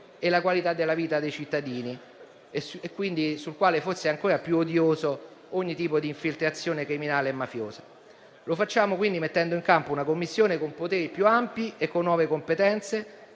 e la qualità della vita dei cittadini, sul quale è quindi ancora più odioso ogni tipo di infiltrazione criminale e mafiosa. Lo facciamo quindi mettendo in campo una Commissione con poteri più ampi e con nuove competenze